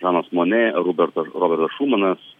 žanos monėj ruberto robertas šumanas